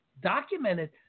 documented